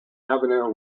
avenue